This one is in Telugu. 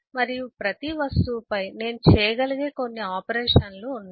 మరియు ప్రతి ఆబ్జెక్ట్ పై నేను చేయగలిగే కొన్ని ఆపరేషన్లు ఉన్నాయి